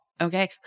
okay